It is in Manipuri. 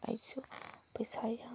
ꯑꯩꯁꯨ ꯄꯩꯁꯥ ꯌꯥꯝ